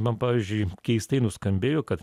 man pavyzdžiui keistai nuskambėjo kad